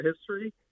history